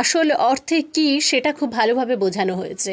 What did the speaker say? আসল অর্থে কি সেটা খুব ভালোভাবে বোঝানো হয়েছে